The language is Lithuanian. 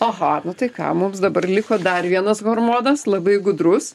aha nu tai ką mums dabar liko dar vienas hormonas labai gudrus